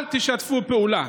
אל תשתפו פעולה,